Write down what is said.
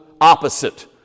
opposite